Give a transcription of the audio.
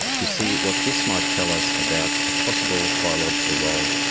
to see what this might tell us about a possible biological role.